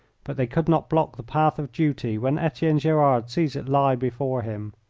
but they could not block the path of duty when etienne gerard sees it lie before him.